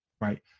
right